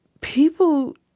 people